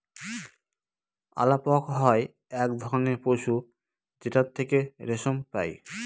আলাপক হয় এক ধরনের পশু যেটার থেকে রেশম পাই